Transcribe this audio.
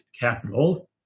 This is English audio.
capital